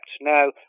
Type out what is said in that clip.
Now